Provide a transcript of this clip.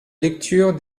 lecture